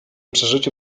przeżyciu